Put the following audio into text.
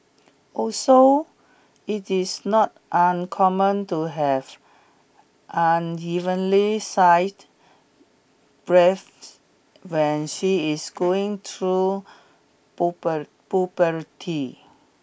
also it is not uncommon to have unevenly sight breath when she is going through puberty